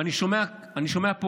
ואני שומע פה,